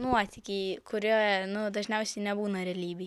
nuotykiai kurie nu dažniausiai nebūna realybėj